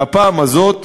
והפעם הזאת,